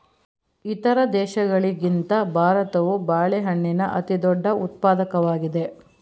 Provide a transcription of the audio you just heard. ಇತರ ದೇಶಗಳಿಗಿಂತ ಭಾರತವು ಬಾಳೆಹಣ್ಣಿನ ಅತಿದೊಡ್ಡ ಉತ್ಪಾದಕವಾಗಿದೆ